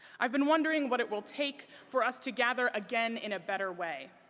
i've been wondering what it will take for us to gather again in a better way.